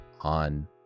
on